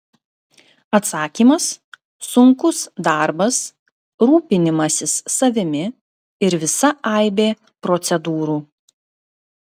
atsakymas sunkus darbas rūpinimasis savimi ir visa aibė procedūrų